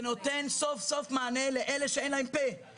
זה נותן סוף-סוף מענה לאלה שאין להם פה -- לפגועי הנפש.